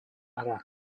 hra